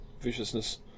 viciousness